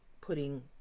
putting